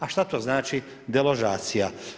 A šta to znači deložacija?